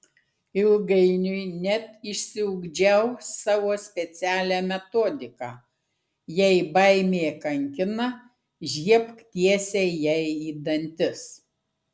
ilgainiui net išsiugdžiau savo specialią metodiką jei baimė kankina žiebk tiesiai jai į dantis